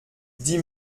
dix